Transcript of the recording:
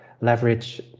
leverage